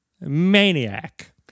Maniac